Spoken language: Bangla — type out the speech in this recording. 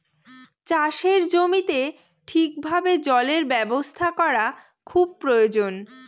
চাষের জমিতে ঠিক ভাবে জলের ব্যবস্থা করা খুব প্রয়োজন